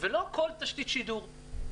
ולא כל תשתית שידור.